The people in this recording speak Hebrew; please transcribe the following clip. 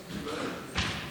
נתקבלו.